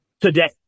today